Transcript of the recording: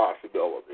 possibility